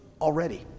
already